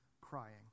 crying